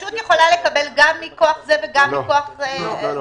ורשות יכולה לקבל גם מכוח זה וגם מכוח זה?